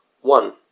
one